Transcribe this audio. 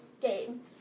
game